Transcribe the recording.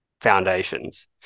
foundations